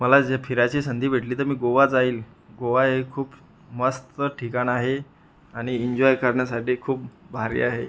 मला जे फिरायची संधी भेटली तर मी गोवा जाईल गोवा हे खूप मस्त ठिकाण आहे आणि इन्जॉय करण्यासाठी खूप भारी आहे